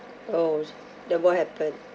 oh then what happen